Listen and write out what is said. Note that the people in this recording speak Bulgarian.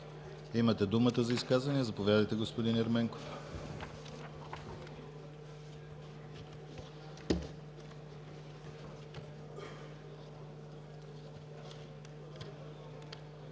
Имате думата за изказвания. Заповядайте, господин Ерменков.